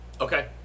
Okay